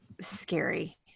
scary